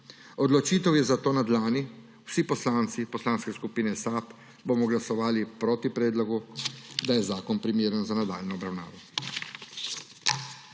Odločitev je zato na dlani, vsi poslanci Poslanske skupine SAB bomo glasovali proti sklepu, da je zakon primeren za nadaljnjo obravnavo.